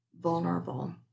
vulnerable